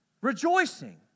rejoicing